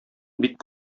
бик